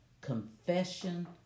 confession